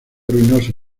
ruinoso